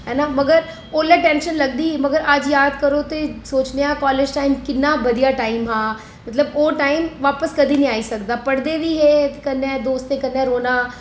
ऐ न मगर औले टेंशन लभदी ते अज याद करो ते सोचने आं कालेज टाइम किन्ना बधिया टाइम हा मतलब ओह् टाइम बापस कदें नेईं आई सकदा पढ़दे बी ऐ हे कन्नै दोस्तें कन्नै रौह्ना